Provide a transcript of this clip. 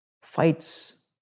fights